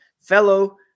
fellow